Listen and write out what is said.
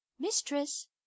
mistress